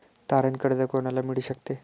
तारण कर्ज कोणाला मिळू शकते?